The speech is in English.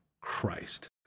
Christ